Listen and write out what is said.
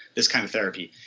this kind of therapy.